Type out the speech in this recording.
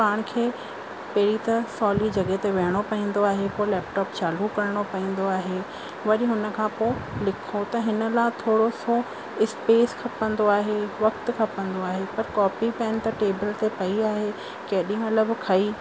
पाण खे पहिरीं त सवली जॻह ते विहिणो पवंदो आहे पोइ लैपटॉप चालू करिणो पवंदो आहे वरी हुन खां पोइ लिखो त हिन लाइ बि थोरोसो स्पेस खपंदो आहे वक़्तु खपंदो आहे त कॉपी पैन त टेबल ते पेई आहे केॾी महिल बि खई